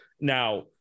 Now